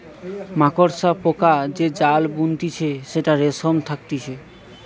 মাকড়সা পোকা যে জাল বুনতিছে সেটাতে রেশম থাকতিছে